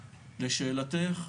לשאלתך,